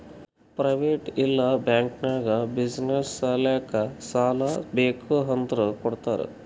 private ಇಲ್ಲಾ bank ನಾಗ್ business ಸಲ್ಯಾಕ್ ಸಾಲಾ ಬೇಕ್ ಅಂದುರ್ ಕೊಡ್ತಾರ್